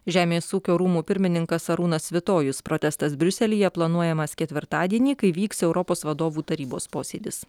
žemės ūkio rūmų pirmininkas arūnas svitojus protestas briuselyje planuojamas ketvirtadienį kai vyks europos vadovų tarybos posėdis